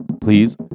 Please